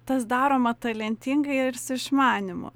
tas daroma talentingai ir su išmanymu